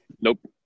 Nope